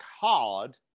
hard